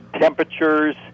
temperatures